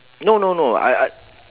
no no no I I